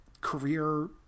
career